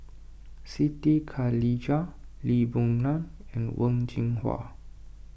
Siti Khalijah Lee Boon Ngan and Wen Jinhua